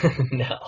No